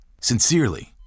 Sincerely